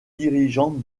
dirigeante